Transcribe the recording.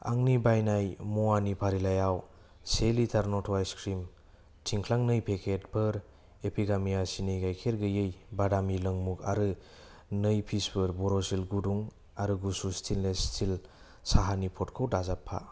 आंनि बायनाय मुवानि फारिलाइयाव से लिटार नट' आइस क्रिम थिनथ्लां नै पेकेटफोर एपिगेमिया सिनि गाइखेर गैयि बादामि लोंमुं आरो नै पिसफोर बर'सिल गुदुं आरो गुसु स्टैनलेस स्टिल साहानि पटखौ दाजाबफा